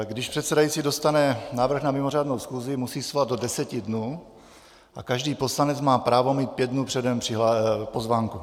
Když předsedající dostane návrh na mimořádnou schůzi, musí ji svolat do deseti dnů, a každý poslanec má právo mít pět dnů předem pozvánku.